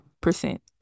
percent